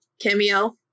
Cameo